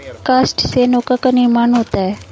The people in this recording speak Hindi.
काष्ठ से नौका का निर्माण होता है